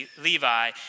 Levi